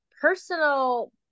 personal